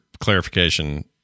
clarification